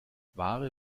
ware